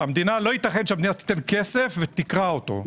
לא יכול להיות שהמדינה תיתן כסף ותקרע אותו.